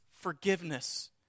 forgiveness